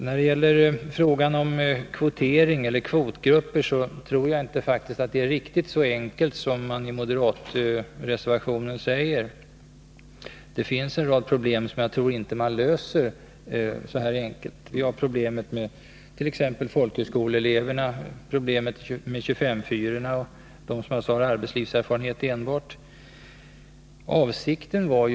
När det gäller frågan om kvotering eller kvotgrupper tror jag faktiskt att det inte är riktigt så enkelt som man ger sken av i moderatreservationen. Det finns en rad problem. Jag tror inte att man löser dem så enkelt — t.ex. problemen med folkhögskoleeleverna, med 25:4-orna och dem som enbart har arbetslivserfarenhet, vilket jag sade tidigare.